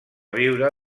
viure